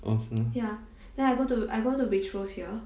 oh 是吗